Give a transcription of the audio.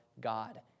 God